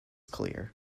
clear